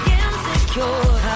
insecure